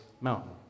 mountain